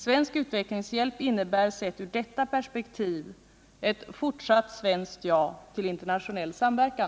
Svensk utvecklingshjälp innebär, sett ur detta perspektiv, ett fortsatt svenskt ja till internationell samverkan.